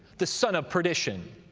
the son of perdition